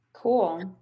Cool